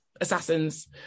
assassins